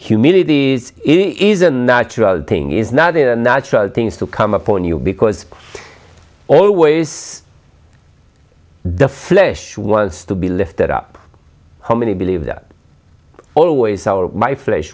humility is a natural thing is not a natural things to come upon you because always the flesh was to be lifted up how many believe that always our my flesh